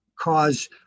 cause